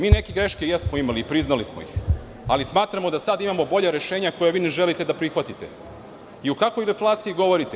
Mi neke teške jesmo imali, priznali smo ih, ali smatramo da sada imamo bolja rešenja koja vi ne želite da prihvatite i o kakvoj deflaciji govorite?